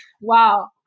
wow